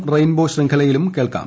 rainbow ശൃംഖലയിലും കേൾക്കാം